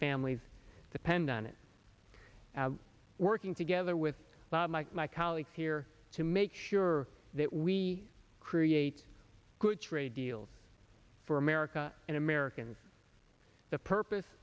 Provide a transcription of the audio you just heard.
families depend on it working together with my my colleagues here to make sure that we create good trade deals for america and americans the purpose